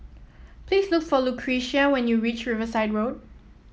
please look for Lucretia when you reach Riverside Road